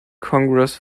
congress